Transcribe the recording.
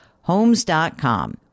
Homes.com